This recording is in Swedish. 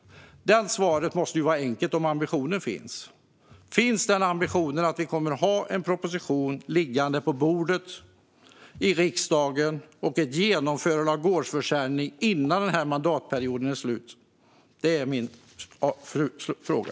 Svaret måste vara enkelt, om ambitionen finns. Finns det en ambition så att vi kan få en proposition på riksdagens bord och ett genomförande av gårdsförsäljning innan mandatperioden är slut? Det är min fråga.